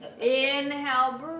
Inhale